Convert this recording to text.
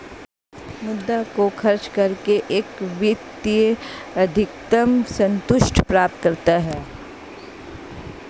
मुद्रा को खर्च करके एक व्यक्ति अधिकतम सन्तुष्टि प्राप्त करता है